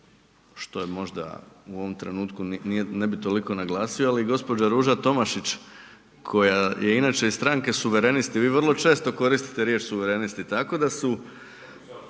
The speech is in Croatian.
što je možda u ovom trenutku ne bi toliko naglasio, ali i gospođa Ruža Tomašić koja je inače iz stranke suverenisti. Vi vrlo često koristite riječ suverenisti tako da su,